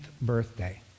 birthday